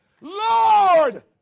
Lord